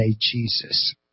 Jesus